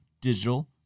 digital